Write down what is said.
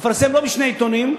לפרסם לא בשני עיתונים,